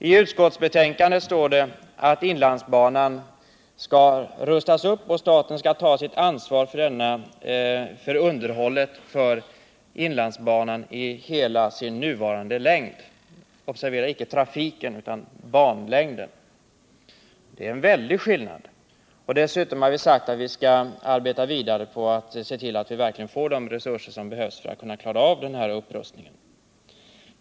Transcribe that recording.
I utskottsbetänkandet står det däremot att inlandsbanan skall rustas upp och att staten skall ta sitt ansvar för underhållet av inlandsbanan i hela dess nuvarande längd — observera inte trafiken utan banans längd. Dessutom har vi sagt att vi skall arbeta vidare för att få de resurser som behövs för att klara upprustningen.